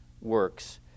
works